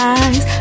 eyes